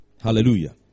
Hallelujah